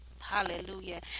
Hallelujah